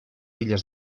illes